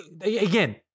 again